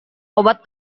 obat